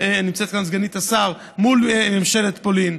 ונמצאת כאן סגנית השר, מול ממשלת פולין.